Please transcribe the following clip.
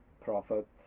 prophet